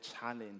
challenge